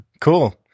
cool